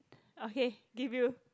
okay give you